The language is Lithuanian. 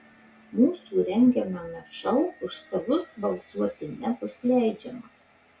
mūsų rengiamame šou už savus balsuoti nebus leidžiama